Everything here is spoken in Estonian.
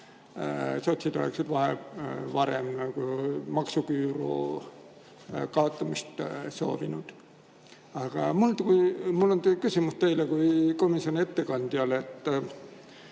sotsid oleksid maksuküüru kaotamist soovinud. Aga mul on küsimus teile kui komisjoni ettekandjale.